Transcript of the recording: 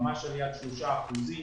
ממש ליד שלושה אחוזים.